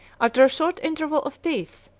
after a short interval of peace,